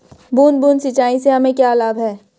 बूंद बूंद सिंचाई से हमें क्या लाभ है?